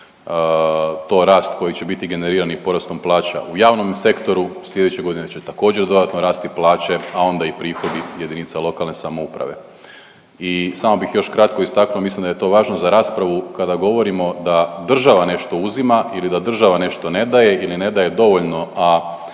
to rast koji će biti generiran i porastom plaća u javnom sektoru. Slijedeće godine će također dodatno rasti plaće, a onda i prihodi jedinica lokalne samouprave. I samo bih još kratko istaknuo mislim da je to važno za raspravu kada govorimo da država nešto uzima ili da država nešto ne daje ili ne daje dovoljno, a